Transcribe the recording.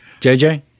jj